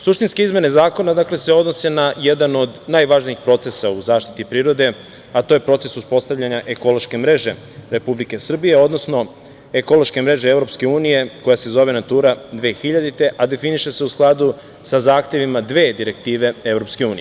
Suštinski, izmene zakona odnose na jedan od najvažnijih procesa u zaštiti prirode, a to je proces uspostavljanja ekološke mreže Republike Srbije, odnosno ekološke mreže EU, koja se zove „Natura 2000“, a definiše se u skladu sa zahtevima dve direktive EU.